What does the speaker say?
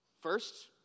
First